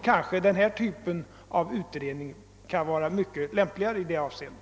Kanske vår nu fungerande utredning kan vara mycket lämpligare i det avseendet.